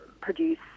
produce